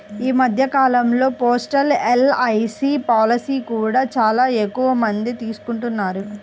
ఈ మధ్య కాలంలో పోస్టల్ ఎల్.ఐ.సీ పాలసీలను కూడా చాలా ఎక్కువమందే తీసుకుంటున్నారు